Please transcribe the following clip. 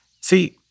See